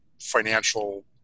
financial